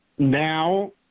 Now